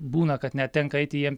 būna kad net tenka eiti jiem